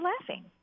laughing